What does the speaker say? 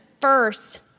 first